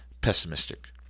Pessimistic